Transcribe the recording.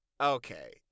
okay